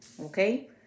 Okay